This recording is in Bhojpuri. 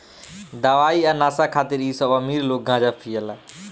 दवाई आ नशा खातिर इ सब अमीर लोग गांजा पियेला